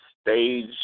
stage